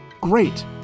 great